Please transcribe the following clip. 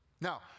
Now